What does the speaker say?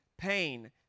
pain